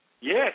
Yes